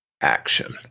action